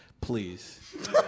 Please